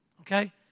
Okay